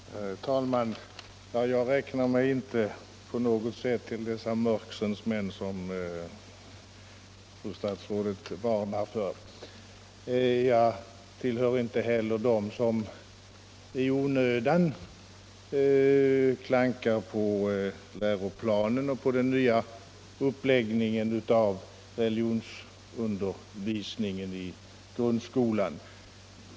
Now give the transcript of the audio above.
Herr talman! Jag räknar mig inte på något sätt till dessa mörksens män som fru statsrådet varnar för. Jag tillhör inte heller dem som i onödan klankar på läroplanen och på den nya uppläggningen av religionsundervisningen i grundskolan.